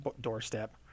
doorstep